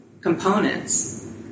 components